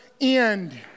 end